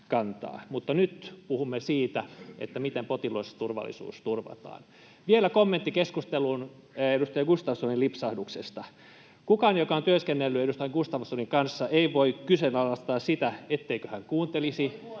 nyt puhumme siitä, miten potilasturvallisuus turvataan. Vielä kommentti keskusteluun edustaja Gustafssonin lipsahduksesta. Kukaan, joka on työskennellyt edustaja Gustafssonin kanssa, ei voi kyseenalaistaa sitä, etteikö hän kuuntelisi,